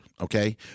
okay